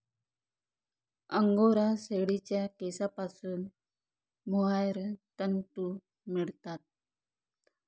angora शेळीच्या केसांपासून mohair तंतू मिळतात